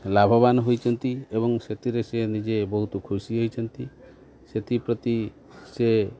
ଲାଭବାନ ହୋଇଛନ୍ତି ଏବଂ ସେଥିରେ ସେ ନିଜେ ବହୁତ ଖୁସି ହେଇଛନ୍ତି ସେଥିପ୍ରତି ସେ